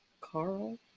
Carl